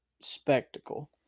spectacle